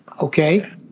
Okay